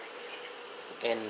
and